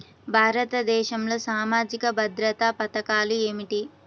భారతదేశంలో సామాజిక భద్రతా పథకాలు ఏమిటీ?